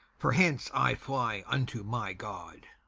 for hence i fly unto my god.